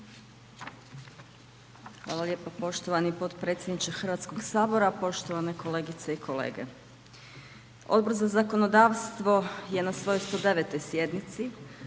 Hvala lijepa poštovani potpredsjedniče Hrvatskoga sabora, poštovane kolegice i kolege. Odbor za zakonodavstvo je na svojoj 109. sjednici